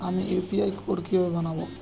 আমি UPI code কিভাবে বানাব?